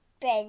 Big